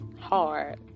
hard